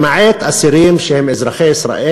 למעט אסירים שהם אזרחי ישראל.